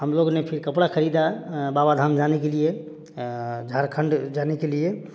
हम लोग ने फिर कपड़ा खरीदा बाबा धाम जाने के लिए झारखण्ड जाने के लिए